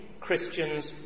Christians